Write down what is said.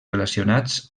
relacionats